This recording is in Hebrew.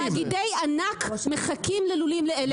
תאגידי ענק מחכים לביצים מלולים ללא